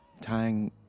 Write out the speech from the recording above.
Tying